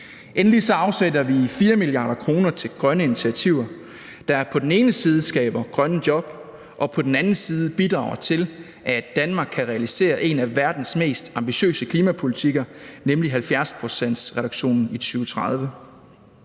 Endelig afsætter vi 4 mia. kr. til grønne initiativer, der på den ene side skaber grønne jobs og på den anden side bidrager til, at Danmark kan realisere en af verdens mest ambitiøse klimapolitikker, nemlig 70-procentsreduktionen i 2030.